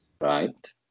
Right